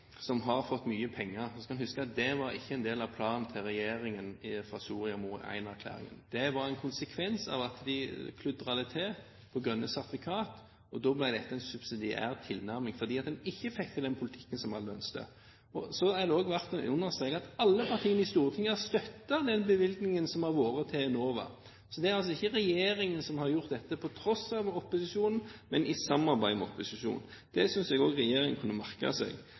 som har fått mye penger, skal man huske at det var ikke en del av planen til regjeringen fra Soria Moria I-erklæringen. Det var en konsekvens av at den kludret det til med grønne sertifikater, og da ble dette en subsidiær tilnærming fordi man ikke fikk til den politikken som alle ønsket. Det er også verdt å understreke at alle partiene på Stortinget har støttet den bevilgningen som har vært til Enova, så det er altså ikke regjeringen som har gjort dette på tross av opposisjonen, men i samarbeid med opposisjonen. Det synes jeg også regjeringen kunne merke seg